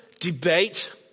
debate